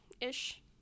ish